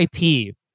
IP